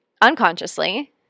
unconsciously